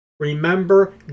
Remember